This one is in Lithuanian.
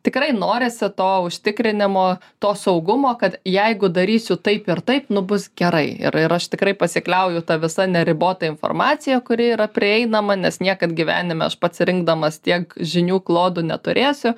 tikrai norisi to užtikrinimo to saugumo kad jeigu darysiu taip ir taip nu bus gerai ir ir aš tikrai pasikliauju ta visa neribota informacija kuri yra prieinama nes niekad gyvenime aš pats rindamas tiek žinių klodų neturėsiu